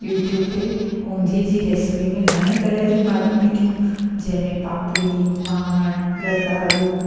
YouTube ते ओंधिए जी रेसिपी में घणे ई तरह जूं भाॼियूं ॾिठियूं जंहिंमें पापड़ी वाङणु रताड़ू